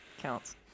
counts